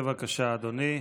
בבקשה, אדוני.